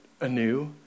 anew